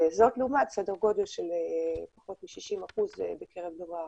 זאת לעומת סדר גודל של פחות מ-60% בקרב דוברי ערבית.